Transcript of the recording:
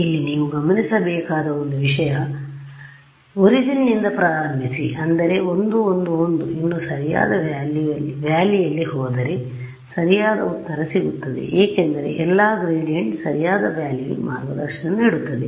ಇಲ್ಲಿ ನೀವು ಗಮನಿಸಿ ಒರಿಜಿನಿಂದ ಪ್ರಾರಂಭಿಸಿ ಅಂದರೆ 11 1ಇನ್ನೂ ಸರಿಯಾದ ವ್ಯಾಲಿಯಲ್ಲಿvalley ಹೋದರೆ ಸರಿಯಾದ ಉತ್ತರ ಸಿಗುತ್ತದೆ ಯಾಕೆಂದರೆ ಎಲ್ಲ ಗ್ರೇಡಿಯೆಂಟ್ ಸರಿಯಾದ ವ್ಯಾಲಿಗೆ ಮಾರ್ಗದರ್ಶನ ನೀಡುತ್ತದೆ